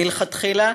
מלכתחילה,